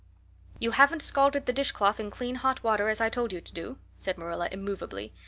you haven't scalded the dishcloth in clean hot water as i told you to do, said marilla immovably.